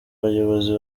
bayobozi